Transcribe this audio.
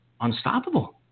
unstoppable